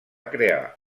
crear